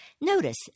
Notice